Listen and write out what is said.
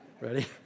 Ready